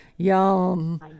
Yum